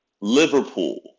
Liverpool